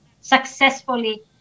successfully